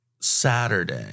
Saturday